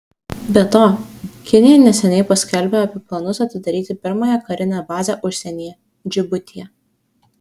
be to kinija neseniai paskelbė apie planus atidaryti pirmąją karinę bazę užsienyje džibutyje